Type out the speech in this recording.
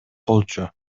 болчу